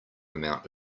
amount